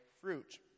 fruit